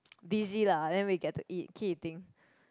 busy lah then we get to eat keep eating